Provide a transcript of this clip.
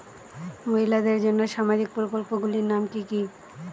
মহিলাদের জন্য সামাজিক প্রকল্প গুলির নাম কি কি?